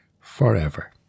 forever